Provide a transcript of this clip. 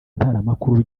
ntaramakuru